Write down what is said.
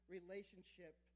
relationship